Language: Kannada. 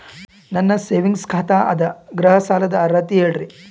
ನನ್ನ ಸೇವಿಂಗ್ಸ್ ಖಾತಾ ಅದ, ಗೃಹ ಸಾಲದ ಅರ್ಹತಿ ಹೇಳರಿ?